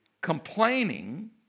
complaining